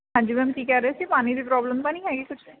ਹਾਂਜੀ ਮੈਮ ਕੀ ਕਹਿ ਰਹੇ ਸੀ ਪਾਣੀ ਦੀ ਪ੍ਰੋਬਲਮ ਤਾਂ ਨਹੀਂ ਹੈਗੀ ਕੁਛ